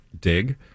dig